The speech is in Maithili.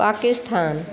पाकिस्तान